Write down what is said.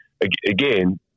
again